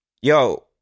yo